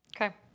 Okay